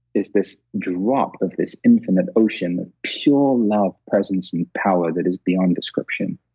is this drop of this infinite ocean of pure love, presence, and power that is beyond description.